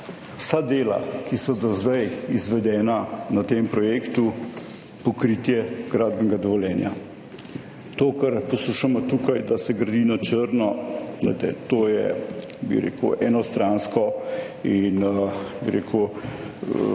vsa dela, ki so do zdaj izvedena na tem projektu, pokritje gradbenega dovoljenja. To kar poslušamo tukaj, da se gradi na črno, glejte, to je, bi rekel, enostransko in bi rekel,